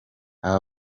aba